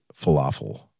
falafel